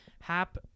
Hap